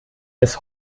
des